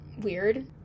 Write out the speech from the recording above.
weird